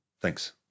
Thanks